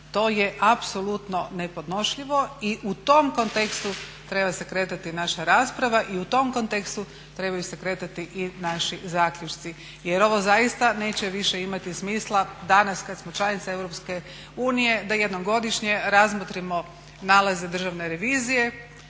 To je apsolutno nepodnošljivo i u tom kontekstu treba se kretati naša rasprava i u tom kontekstu trebaju se kretati i naši zaključci jer ovo zaista neće više imati smisla danas kad smo članica Europske unije da jednom godišnje razmotrimo nalaze Državne revizije,